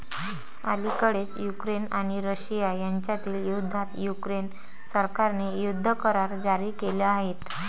अलिकडेच युक्रेन आणि रशिया यांच्यातील युद्धात युक्रेन सरकारने युद्ध करार जारी केले आहेत